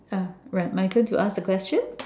ah right my turn to ask the question